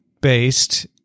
based